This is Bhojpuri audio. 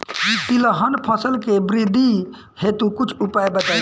तिलहन फसल के वृद्धि हेतु कुछ उपाय बताई?